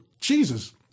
Jesus